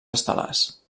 estel·lars